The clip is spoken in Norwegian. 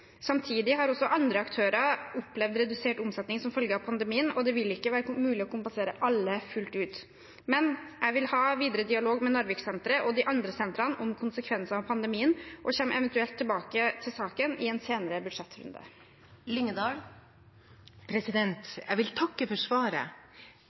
Samtidig har også andre aktører opplevd redusert omsetning som følge av pandemien, og det vil ikke være mulig å kompensere alle fullt ut. Men jeg vil ha videre dialog med Narviksenteret og de andre sentrene om konsekvenser av pandemien, og kommer eventuelt tilbake til saken i en senere